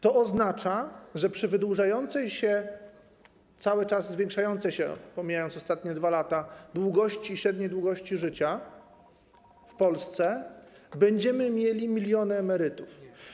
To oznacza, że przy wydłużającej się, cały czas się zwiększającej, pomijając ostatnie 2 lata, średniej długości życia w Polsce będziemy mieli miliony emerytów.